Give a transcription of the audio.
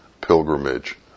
pilgrimage